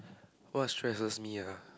what stresses me ah